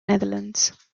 netherlands